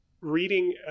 reading